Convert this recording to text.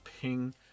ping